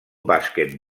bàsquet